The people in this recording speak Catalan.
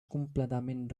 completament